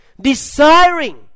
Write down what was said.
desiring